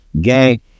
gang